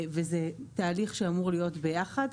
וזה תהליך שאמור להיות ביחד,